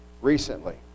recently